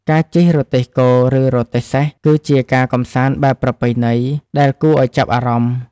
ការជិះរទេះគោ ឬរទេះសេះ គឺជាការកម្សាន្តបែបប្រពៃណីដែលគួរឱ្យចាប់អារម្មណ៍។